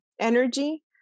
energy